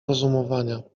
rozumowania